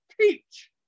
teach